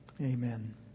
Amen